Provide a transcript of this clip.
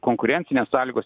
konkurencinės sąlygos